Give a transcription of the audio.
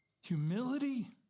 humility